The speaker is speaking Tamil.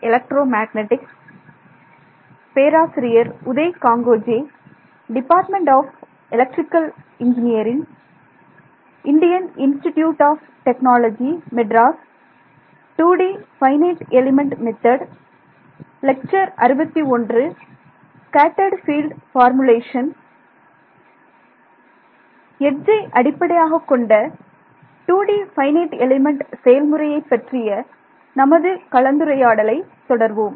எட்ஜ்ஜை அடிப்படையாகக் கொண்ட அல்லது 2D ஃபைனைட் எலிமெண்ட் செயல்முறையை பற்றிய நமது கலந்துரையாடலை தொடர்வோம்